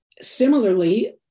similarly